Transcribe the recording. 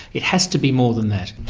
it has to be more than that.